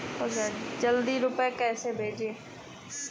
जल्दी रूपए कैसे भेजें?